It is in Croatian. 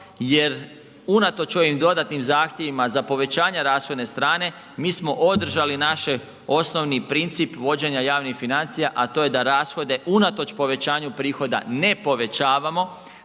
jer unatoč ovim dodatnim zahtjevima za povećanje rashodne strane mi smo održali naše osnovni princip vođenja javnih financija, a to je da rashode unatoč povećanju prihoda ne povećavamo,